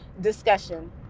discussion